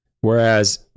Whereas